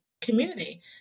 community